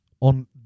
on